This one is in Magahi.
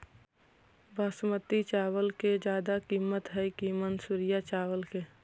बासमती चावल के ज्यादा किमत है कि मनसुरिया चावल के?